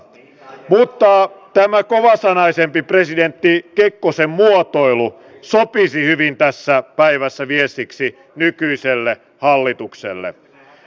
mutta tämä kovasanaisempi presidentti kekkosen muotoilu sopisi hyvin tässä päivässä viestiksi nykyiselle hallitukselle